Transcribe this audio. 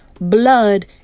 blood